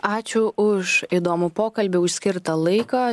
ačiū už įdomų pokalbį už skirtą laiką